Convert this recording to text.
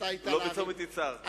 לא בצומת יצהר.